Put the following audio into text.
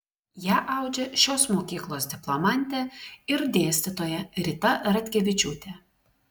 ją audžia šios mokyklos diplomantė ir dėstytoja rita ratkevičiūtė